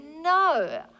no